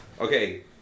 Okay